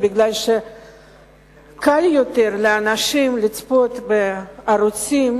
כי קל יותר לאנשים לצפות בערוצים